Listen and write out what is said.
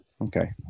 Okay